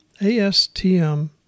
ASTM